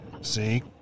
See